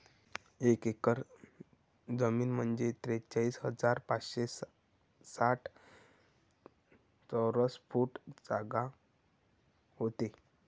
एक एकर जमीन म्हंजे त्रेचाळीस हजार पाचशे साठ चौरस फूट जागा व्हते